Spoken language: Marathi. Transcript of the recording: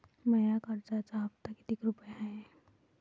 माया कर्जाचा हप्ता कितीक रुपये हाय?